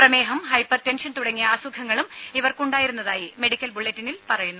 പ്രമേഹം ഹൈപ്പർടെൻഷൻ തുടങ്ങിയ അസുഖങ്ങളും ഇവർക്ക് ഉണ്ടായിരുന്നതായി മെഡിക്കൽ ബുള്ളറ്റിനിൽ പറയുന്നു